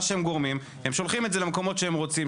מה שהם גורמים הם שולחים את זה למקומות שהם רוצים,